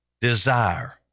desire